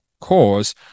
cause